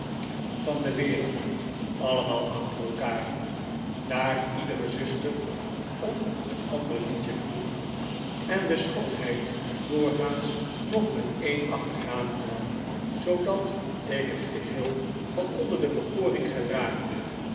chillip de wereld allemaal achter elkaar daar iedere zuster om een ander liedje vroeg en de schoonheid doorgaans nog met een achteraankwam zoodat ik er geheel van onder de bekoring geraakte